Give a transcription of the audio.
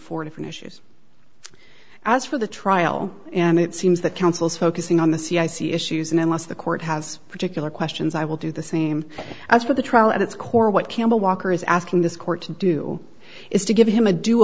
four different issues as for the trial and it seems that councils focusing on the c i c issues unless the court has particular questions i will do the same as for the trial at its core what campbell walker is asking this court to do is to give him a do